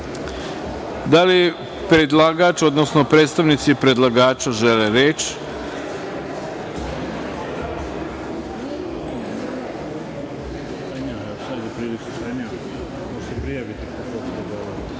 li predlagač, odnosno predstavnici predlagača žele